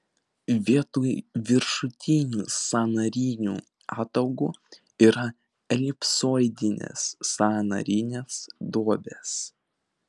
vietoj viršutinių sąnarinių ataugų yra elipsoidinės sąnarinės duobės